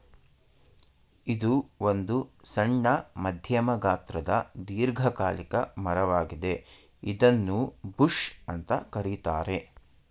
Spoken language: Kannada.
ಇದು ಒಂದು ಸಣ್ಣ ಮಧ್ಯಮ ಗಾತ್ರದ ದೀರ್ಘಕಾಲಿಕ ಮರ ವಾಗಿದೆ ಇದನ್ನೂ ಬುಷ್ ಅಂತ ಕರೀತಾರೆ